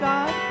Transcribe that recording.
God